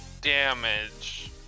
damage